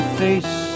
face